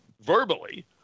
verbally